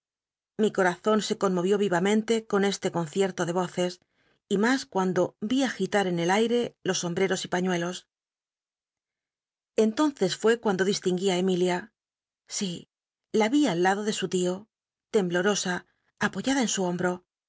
mi corazon se conmoyiú vivamente con este concierto de voces y mas cuando ví agitar en el aire los sombreos y pañuelos entonces fué cuando distinguí i emilia l si la ri al lado de su lio temblorosa apoyada en su hombo